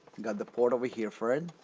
got the port over here for it.